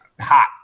hot